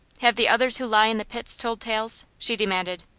have the others who lie in the pit told tales? she demanded.